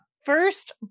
first